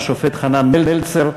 השופט חנן מלצר,